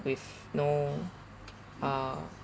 with no uh